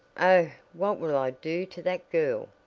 oh, what will i do to that girl!